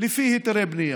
לפי היתרי בנייה.